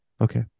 Okay